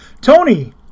Tony